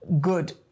good